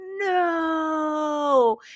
no